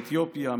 מאתיופיה,